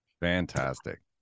Fantastic